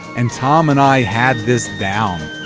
and tom and i had this down